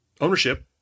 ownership